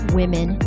women